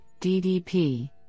DDP